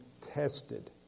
tested